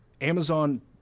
Amazon